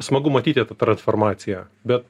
smagu matyti tą transformaciją bet